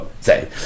say